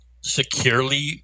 securely